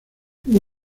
hubo